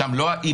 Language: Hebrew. שם לא ה-EPA,